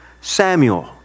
Samuel